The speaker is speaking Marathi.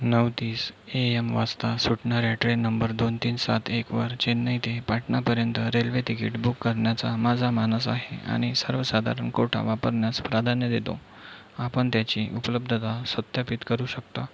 नऊ तीस ए यम वाजता सुटणाऱ्या ट्रेन नंबर दोन तीन सात एकवर चेन्नई ते पाटनापर्यंत रेल्वे तिकीट बुक करण्याचा माझा मानस आहे आणि सर्वसाधारण कोटा वापरण्यास प्राधान्य देतो आपण त्याची उपलब्धता सत्यापित करू शकता